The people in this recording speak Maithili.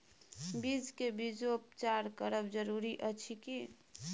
बीज के बीजोपचार करब जरूरी अछि की?